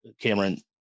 Cameron